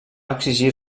exigir